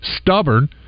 stubborn